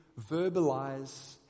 verbalize